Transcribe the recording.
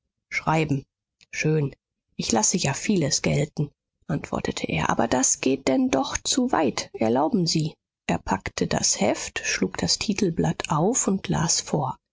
schreiben schön ich lasse ja vieles gelten antwortete er aber das geht denn doch zu weit erlauben sie er packte das heft schlug das titelblatt auf und las vor